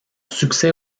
succès